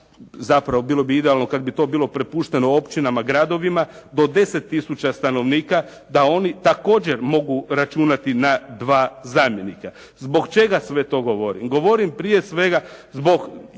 zapravo bilo bi idealno kada bi to bilo prepušteno općinama, gradovima do 10 tisuća stanovnika, da oni također mogu računati na dva zamjenika. Zbog čega sve to govorim? Govorim prije svega zbog, ajde recimo